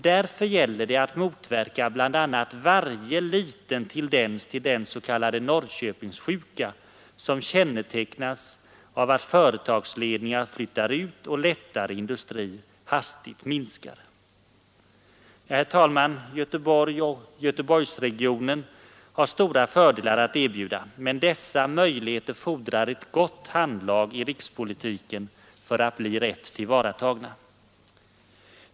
Därför gäller det att motverka bl.a. varje liten tendens till den s.k. Norrköpingssjuka som kännetecknas av att företagsledningar flyttar ut och lättare industri hastigt minskar. Herr talman! Göteborg och Göteborgsregionen har stora fördelar att erbjuda men dessa möjligheter fordrar ett gott handlag i rikspolitiken för att bli rätt tillvaratagna.